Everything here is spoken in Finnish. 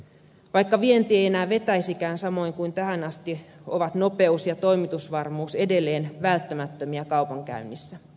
vaikka vienti ei enää vetäisikään samoin kuin tähän asti ovat nopeus ja toimitusvarmuus edelleen välttämättömiä kaupankäynnissä